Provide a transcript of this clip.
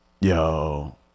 Yo